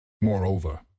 Moreover